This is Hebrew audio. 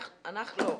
לא.